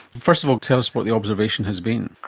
first of all tell us what the observation has been?